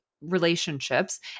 relationships